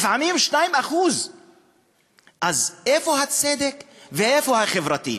לפעמים 2%. אז איפה הצדק ואיפה החברתי?